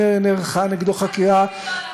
שנערכה נגדו חקירה,